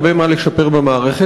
הרבה מה לשפר במערכת,